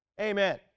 Amen